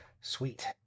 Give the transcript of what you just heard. sweet